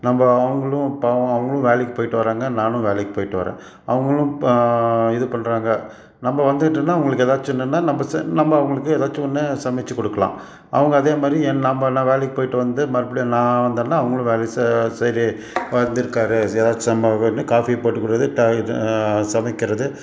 நம்ம அவங்களும் பாவம் அவங்களும் வேலைக்கு போய்ட்டு வராங்க நானும் வேலைக்கு போய்ட்டு வரேன் அவங்களும் இது பண்ணுறாங்க நம்ம வந்துட்டோம்னா அவங்களுக்கு ஏதாச்சுன்னுன்னா நம்ம செ நம்ம அவங்களுக்கு எதாச்சும் ஒன்று சமைத்து கொடுக்குலாம் அவங்க அதேமாதிரி என் நம்ம என்ன வேலைக்கு போய்ட்டு வந்து மறுபடியும் நான் வந்தேன்னா அவங்களும் வேலை சே சரி வந்திருக்காரு எதாச்சும் நம்ம பண்ணி காஃபி போட்டு கொடுக்கது சமைக்கிறது